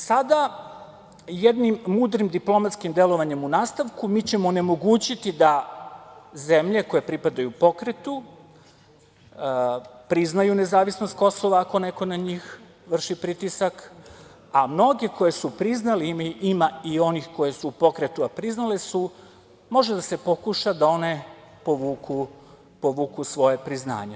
Sada jednim mudrim diplomatskim delovanjem u nastavku mi ćemo onemogućiti da zemlje koje pripadaju pokretu priznaju nezavisnost Kosova ako neko na njih vrši pritisak, a mnoge koje su priznale, ima i onih koje su u pokretu, a priznale su, može da se pokuša da one povuku svoje priznanje.